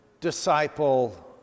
disciple